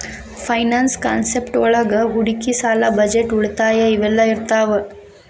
finance concept ಒಳಗ ಹೂಡಿಕಿ ಸಾಲ ಬಜೆಟ್ ಉಳಿತಾಯ ಇವೆಲ್ಲ ಇರ್ತಾವ